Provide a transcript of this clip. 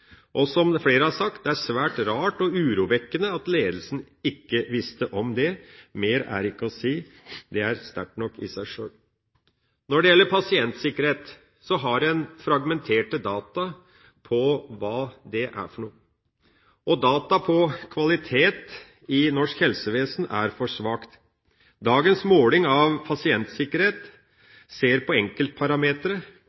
Som flere har sagt, det er svært rart og urovekkende at ledelsen ikke visste om det. Mer er det ikke å si, det er sterkt nok i seg sjøl. Når det gjelder pasientsikkerhet, har en fragmenterte data på hva det er for noe. Data på kvalitet i norsk helsevesen er for svake. Dagens måling av